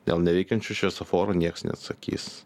dėl neveikiančių šviesoforų nieks neatsakys